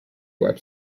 web